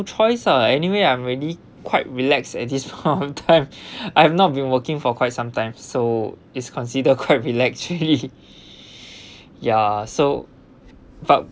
choice ah anyway I'm ready quite relax at this all time I've not been working for quite some time so it's considered quite relax actually ya so but